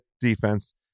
defense